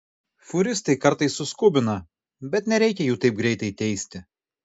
fūristai kartais suskubina bet nereikia jų taip greitai teisti